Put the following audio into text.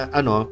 ano